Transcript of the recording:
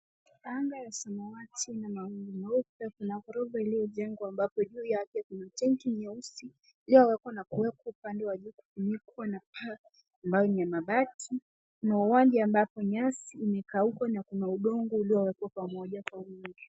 Anga ya samawati ina mawingu meupe. Kuna ghorofa iliyojengwa ambapo juu yake kuna tengi nyeusi iliyowekwa na kuwekwa upande wa juu kufunikwa na paa ambayo ni ya mabati. Kuna uwanja ambapo nyasi imekauka na kuna udongo uliowekwa pamoja kwa wingi.